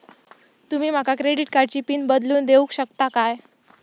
तुमी माका क्रेडिट कार्डची पिन बदलून देऊक शकता काय?